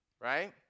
Right